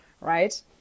right